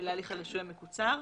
להליך הרישוי המקוצר,